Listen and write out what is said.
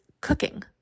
cooking